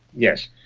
yes.